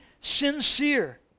sincere